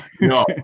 no